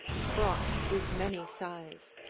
fraught with many sighs.